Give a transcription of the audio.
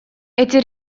эти